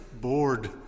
bored